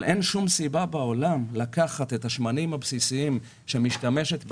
אבל אין שום סיבה בעולם לקחת את השמנים הבסיסיים שבהם משתמשת התעשייה,